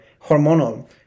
hormonal